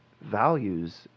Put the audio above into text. values